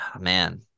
man